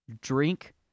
drink